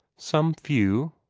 some few,